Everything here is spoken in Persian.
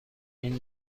این